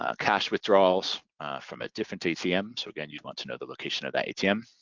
ah cash withdrawals from a different atm. so again you'd want to know the location of that atm.